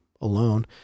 alone